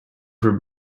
for